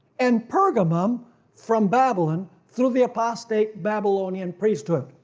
and pergamum from babylon through the apostate babylonian priesthood.